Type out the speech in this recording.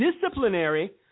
disciplinary